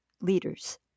leaders